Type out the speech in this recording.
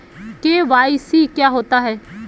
KYC क्या होता है?